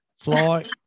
fly